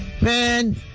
Man